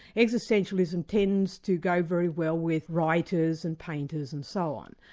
existentialism tends to go very well with writers and painters and so on,